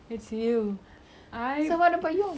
mm you tahu I I tak suka movies sangat